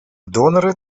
доноры